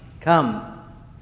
come